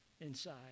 inside